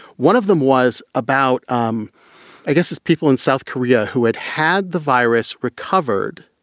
one of them was about, um i guess, as people in south korea who had had the virus recovered